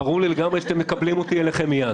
ברור לי לגמרי שאתם מקבלים אותי אליכם מייד.